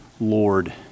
Lord